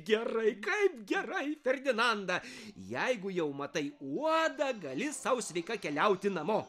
gerai kaip gerai ferdinanda jeigu jau matai uodą gali sau sveika keliauti namo